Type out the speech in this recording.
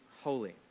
holy